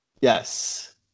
Yes